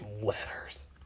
letters